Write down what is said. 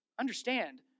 Understand